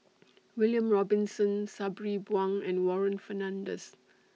William Robinson Sabri Buang and Warren Fernandez